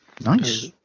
Nice